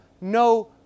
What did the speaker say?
no